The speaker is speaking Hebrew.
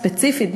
ספציפית,